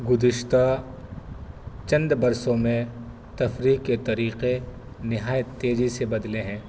گذشتہ چند برسوں میں تفریح کے طریقے نہایت تیزی سے بدلے ہیں